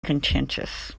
contentious